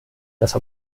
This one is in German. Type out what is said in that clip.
das